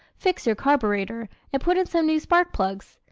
fix your carbureter and put in some new spark plugs.